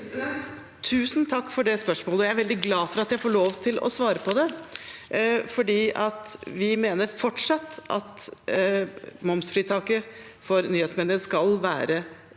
Tusen takk for det spørs- målet. Jeg er veldig glad for at jeg får lov til å svare på det. Vi mener fortsatt at momsfritaket for nyhetsmediene skal være